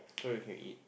sure we can eat